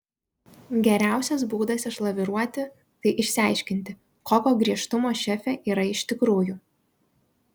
geriausias būdas išlaviruoti tai išsiaiškinti kokio griežtumo šefė yra iš tikrųjų